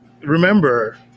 remember